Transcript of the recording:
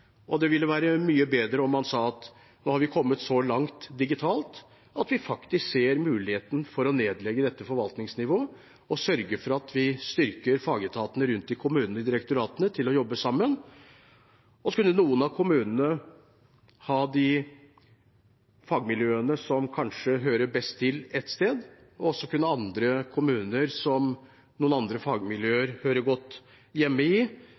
Det ville være mye bedre om man sa at nå har vi kommet så langt digitalt at vi faktisk ser at det er en mulighet for å nedlegge dette forvaltningsnivået, og sørger for at vi styrker fagetatene rundt i kommunene og i direktoratene, slik at de jobber sammen. Så kunne noen av kommunene ha de fagmiljøene som kanskje hører best til ett sted, og så kunne andre kommuner, som noen andre fagmiljøer hører godt hjemme i,